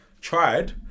tried